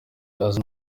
aza